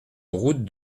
route